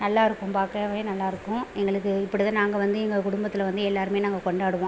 நல்லாருக்கும் பார்க்கவே நல்லாருக்கும் எங்களுக்கு இப்படி தான் நாங்கள் வந்து எங்கள் குடும்பத்தில் வந்து எல்லாருமே நாங்கள் கொண்டாடுவோம்